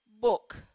book